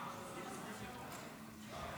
38 בעד,